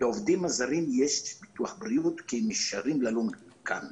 שלעובדים הזרים יש ביטוח בריאות כי נשארים ללון כאן.